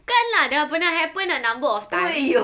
bukan lah dah pernah happen a number of times